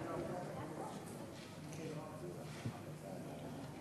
גברתי היושבת-ראש, השרה המכובדת, שרת המגדר לצורך